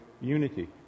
unity